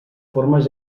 formes